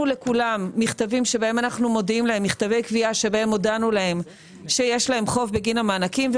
להם מכתבי קביעה שבהם הודענו להם שיש להם חוב בגין המענקים,